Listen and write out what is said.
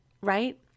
right